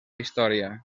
història